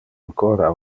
ancora